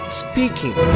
speaking